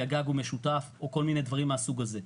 הגג הוא משותף או כל מיני דברים מהסוג הזה.